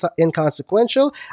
inconsequential